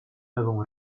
lewą